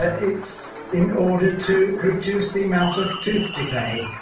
ah it's in order to reduce the amount of tooth decay